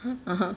!huh! (uh huh)